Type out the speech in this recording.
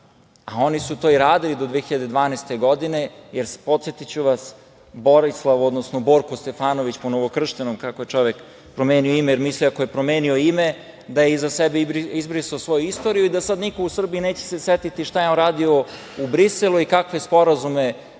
a oni su to i radili do 2012. godine, jer podsetiću vas, Borislav, odnosno Borko Stefanović po novokrštenom, kako je čovek promenio ime, jer misli ako je promenio ime da je iza sebe izbrisao svoju istoriju i da sad niko u Srbiji neće se setiti šta je on radio u Briselu i kakve sporazume